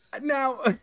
Now